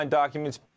documents